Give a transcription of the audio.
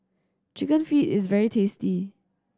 Chicken Feet is very tasty